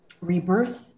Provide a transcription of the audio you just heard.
rebirth